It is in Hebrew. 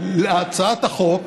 להצעת החוק